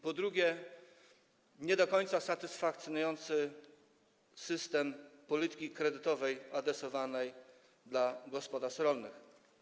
Po drugie, nie do końca satysfakcjonujący jest system polityki kredytowej adresowanej do gospodarstw rolnych.